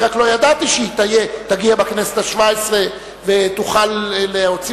אני רק לא ידעתי שהיא תגיע בכנסת השבע-עשרה ותוכל להוציא